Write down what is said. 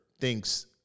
thinks